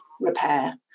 repair